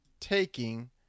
Taking